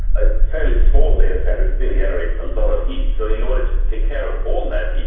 a fairly small data centre still generates a lot of heat, so in order to take care of all that heat,